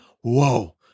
whoa